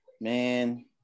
man